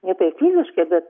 nepreciziškai bet